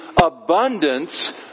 abundance